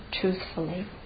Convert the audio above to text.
truthfully